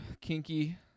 kinky